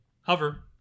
hover